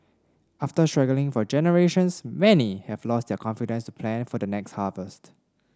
after struggling for generations many have lost their confidence to plan for the next harvest